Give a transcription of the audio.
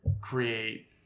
create